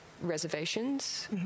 reservations